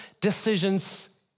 decisions